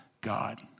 God